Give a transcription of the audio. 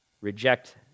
reject